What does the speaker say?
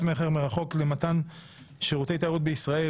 מכר מרחוק למתן שירותי תיירות בישראל),